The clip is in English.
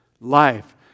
life